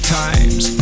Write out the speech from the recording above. times